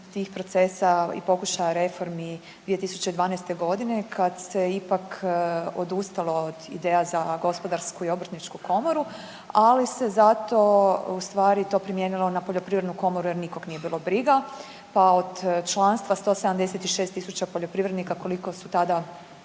tih procesa i pokušaja reformi 2012. godine kad se ipak odustalo od ideja za Gospodarsku i Obrtničku komoru, ali se zato u stvari to primijenilo na Poljoprivrednu komoru jer nikog nije bilo briga, pa od članstva 176000 poljoprivrednika koliko su tada